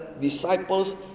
disciples